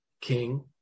King